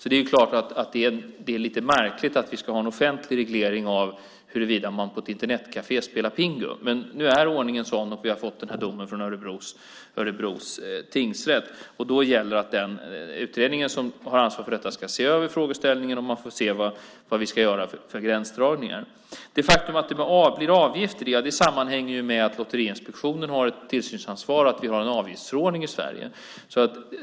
Det är klart att det är lite märkligt att vi ska ha en offentlig reglering av huruvida man på ett Internetkafé spelar Pingu, men nu är ordningen sådan. Vi har fått den här domen från Örebro tingsrätt. Då gäller att den utredning som har ansvar för detta ska se över frågeställningen, och man får se vad vi ska göra för gränsdragningar. Det faktum att det blir avgifter sammanhänger med att Lotteriinspektionen har ett tillsynsansvar, att vi har en avgiftsförordning i Sverige.